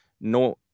no